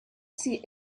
see